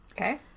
Okay